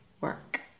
work